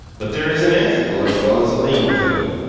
but there is an ethical as well as a legal code,